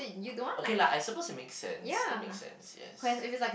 okay lah I suppose it makes sense it makes sense yes